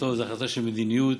זו החלטה של מדיניות,